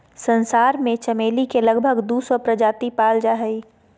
संसार में चमेली के लगभग दू सौ प्रजाति पाल जा हइ